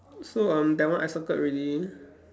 so um that one I circled already